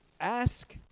Ask